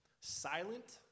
silent